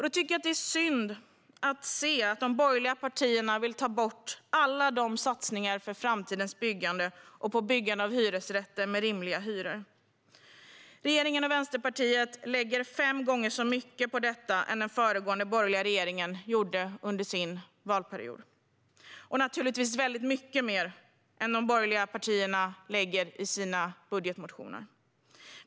Då är det synd att de borgerliga partierna vill ta bort alla satsningar för framtidens byggande och på byggande av hyresrätter med rimliga hyror. Regeringen och Vänsterpartiet lägger fem gånger mer på detta än vad den borgerliga regeringen gjorde under sin period - och givetvis mycket mer än vad de borgerliga partierna gör i sina budgetmotioner.